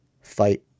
fight